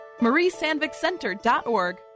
mariesandvikcenter.org